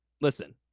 Listen